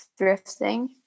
thrifting